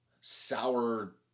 sour